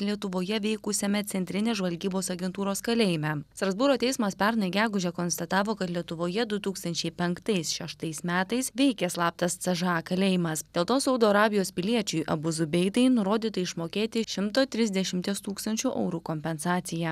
lietuvoje veikusiame centrinės žvalgybos agentūros kalėjime strasbūro teismas pernai gegužę konstatavo kad lietuvoje du tūkstančiai penktais šeštais metais veikė slaptas ce že a kalėjimas dėl to saudo arabijos piliečiui abuzui beitai nurodyta išmokėti šimto tirsdešimties tūkstančių eurų kompensaciją